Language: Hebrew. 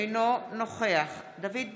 אינו נוכח דוד ביטן,